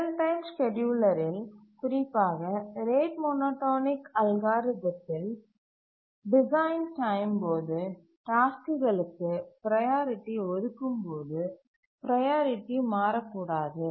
real time ஸ்கேட்யூலரில் குறிப்பாக rate monotonic அல்காரிதத்தில் டிசைன் டைம் போது டாஸ்க்குகளுக்கு ப்ரையாரிட்டி ஒதுக்கும்போது ப்ரையாரிட்டி மாறக்கூடாது